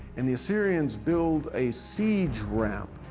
and the assyrians build a siege ramp,